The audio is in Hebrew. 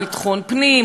ביטחון הפנים,